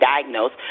diagnosed